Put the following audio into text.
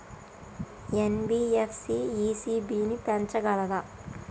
NBFC ECB ని పెంచగలదా?